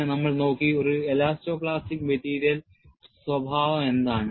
പിന്നെ നമ്മൾ നോക്കി ഒരു എലാസ്റ്റോ പ്ലാസ്റ്റിക് മെറ്റീരിയൽ സ്വഭാവം എന്താണ്